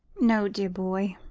no, dear boy.